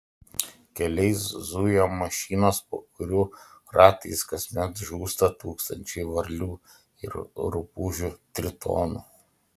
keliais zuja mašinos po kurių ratais kasmet žūsta tūkstančiai varlių ir rupūžių tritonų